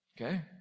Okay